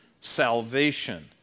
salvation